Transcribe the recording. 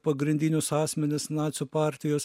pagrindinius asmenis nacių partijos